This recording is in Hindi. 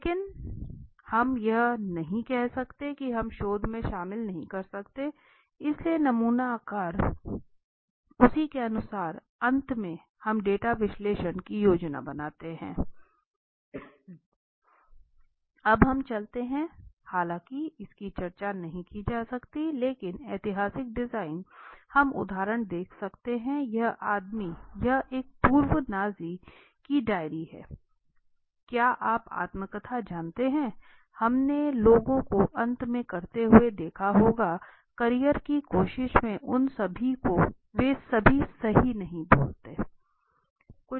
लेकिन हम यह नहीं कह सकते कि हम शोध में शामिल नहीं कर सकते हैं इसलिए नमूना आकार उसी के अनुसार अंत में हम डेटा विश्लेषण की योजना बनाते हैं अब हम चलते हैं हालांकि इसकी चर्चा नहीं की जाती है लेकिन ऐतिहासिक डिजाइन हम उदाहरण देख सकते हैं यह आदमी यह एक पूर्व नाज़ी की डायरी है क्या आप आत्मकथा जानते हैं हमने लोगों को अंत में करते हुए देखा होगा करियर की कोशिश में उन सभी को वे कभी सही नहीं बोलते